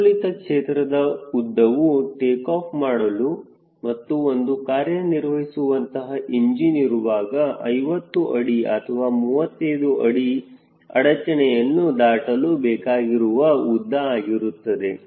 ಸಮತೋಲಿತ ಕ್ಷೇತ್ರದ ಉದ್ದವು ಟೇಕಾಫ್ ಮಾಡಲು ಮತ್ತು ಒಂದು ಕಾರ್ಯನಿರ್ವಹಿಸುವಂತಹ ಇಂಜಿನ್ ಇರುವಾಗ 50 ಅಡಿ ಅಥವಾ 35 ಅಡಿ ಅಡಚಣೆಯನ್ನು ದಾಟಲು ಬೇಕಾಗಿರುವ ಉದ್ದ ಆಗಿರುತ್ತದೆ